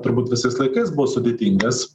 turbūt visais laikais buvo sudėtingas